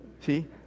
See